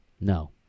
No